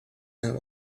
and